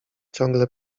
ciągle